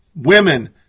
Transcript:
Women